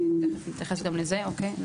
ותכף נתייחס גם לזה, אוקיי.